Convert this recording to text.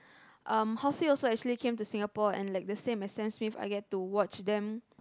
um Halsey also actually came to Singapore and like the same as Sam-Smith I get to watch them